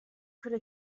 could